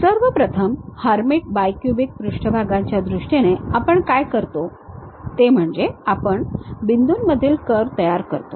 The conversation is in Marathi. सर्वप्रथम हर्मिट बायक्यूबिक पृष्ठभागांच्या दृष्टीने आपण काय करतो ते म्हणजे आपण बिंदूंमधील कर्व तयार करतो